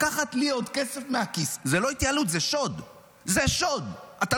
לקחת לי עוד כסף מהכיס זה לא התייעלות, זה שוד.